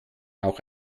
auch